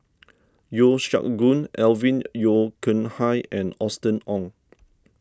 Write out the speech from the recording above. Yeo Siak Goon Alvin Yeo Khirn Hai and Austen Ong